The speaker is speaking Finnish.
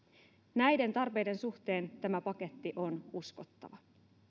näiden tarpeiden suhteen tämä paketti on uskottava